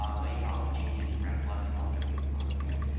um but you can also change it to reflect some other musical instruments.